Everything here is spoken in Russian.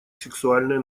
сексуальное